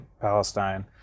Palestine